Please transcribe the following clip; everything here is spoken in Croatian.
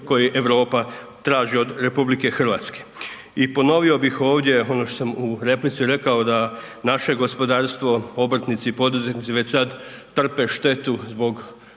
koji Europa traži od RH. I ponovio bih ovdje ono što sam u replici rekao da naše gospodarstvo, obrtnici, poduzetnici već sad trpe štetu zbog